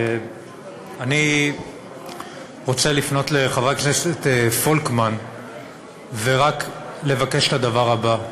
אני רוצה לפנות לחבר הכנסת פולקמן ורק לבקש את הדבר הבא,